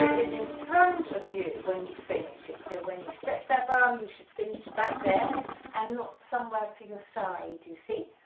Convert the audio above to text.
is in front of you when you finish it so when you stretch um you should finish about there and not somewhere to your side you see,